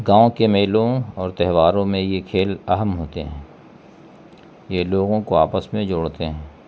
گاؤں کے میلوں اور تہواروں میں یہ کھیل اہم ہوتے ہیں یہ لوگوں کو آپس میں جوڑتے ہیں